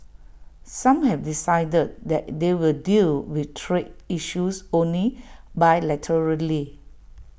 some have decided that they will deal with trade issues only bilaterally